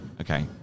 Okay